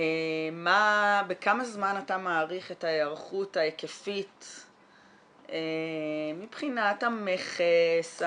בכמה זמן אתה מעריך את ההערכות ההיקפית מבחינת המכס,